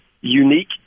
unique